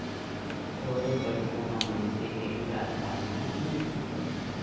थोरे पइसा म मनसे के इलाज पानी ह नइ होवय